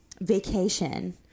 vacation